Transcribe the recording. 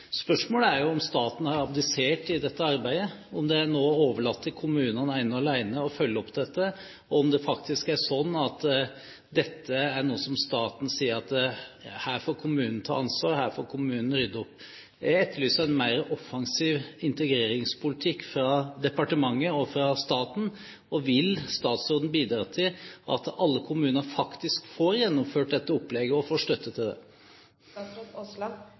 om det nå er overlatt til kommunene ene og alene å følge opp dette, og om det faktisk er sånn at staten sier at her får kommunen ta ansvar, og her får kommunen rydde opp. Jeg etterlyser en mer offensiv integreringspolitikk fra departementet og fra staten. Vil statsråden bidra til at alle kommuner faktisk får gjennomført dette opplegget, og får støtte til